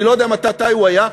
אני לא יודע מתי הוא היה,